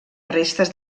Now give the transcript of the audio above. restes